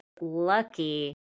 lucky